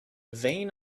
vane